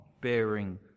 bearing